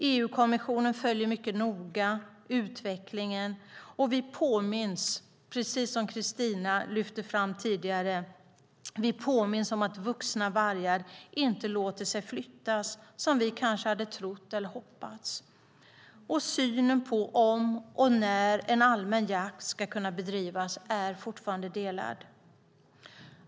EU-kommissionen följer mycket noga utvecklingen, och precis som Kristina lyfte fram tidigare påminns vi om att vuxna vargar inte låter sig flyttas som vi kanske hade trott eller hoppats. Och synen på om och när allmän jakt ska kunna bedrivas är fortfarande delad.